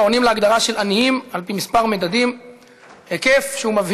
עונים על ההגדרה של "עניים" על-פי כמה מדדים,